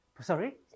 Sorry